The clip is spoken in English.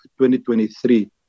2023